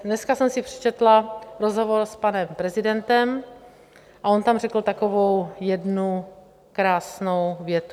Dneska jsem si přečetla rozhovor s panem prezidentem a on tam řekl takovou jednu krásnou větu.